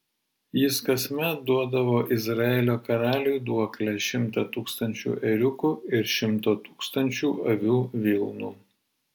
jis kasmet duodavo izraelio karaliui duoklę šimtą tūkstančių ėriukų ir šimto tūkstančių avių vilnų